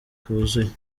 huzuye